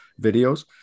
videos